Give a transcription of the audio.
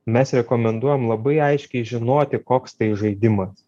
mes rekomenduojam labai aiškiai žinoti koks tai žaidimas